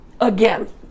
again